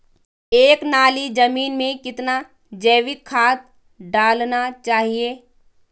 एक नाली जमीन में कितना जैविक खाद डालना चाहिए?